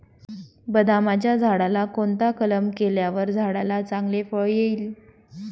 बदामाच्या झाडाला कोणता कलम केल्यावर झाडाला चांगले फळ येईल?